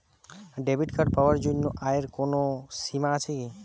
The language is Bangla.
ডেবিট কার্ড পাওয়ার জন্য আয়ের কোনো সীমা আছে কি?